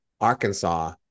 Arkansas